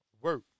work